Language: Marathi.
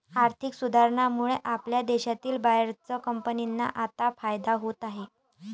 आर्थिक सुधारणांमुळे आपल्या देशातील बर्याच कंपन्यांना आता फायदा होत आहे